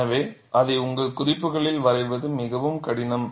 எனவே அதை உங்கள் குறிப்புகளில் வரைவது மிகவும் கடினம்